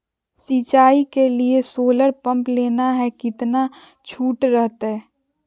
सिंचाई के लिए सोलर पंप लेना है कितना छुट रहतैय?